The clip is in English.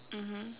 mmhmm